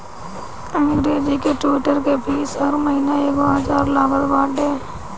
अंग्रेजी के ट्विटर के फ़ीस हर महिना एक हजार लागत बाटे